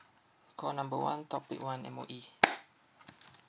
call number one topic one M_O_E